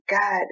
God